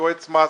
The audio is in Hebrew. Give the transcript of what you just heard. יועץ המס,